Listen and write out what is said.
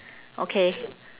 okay